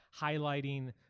highlighting